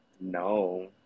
No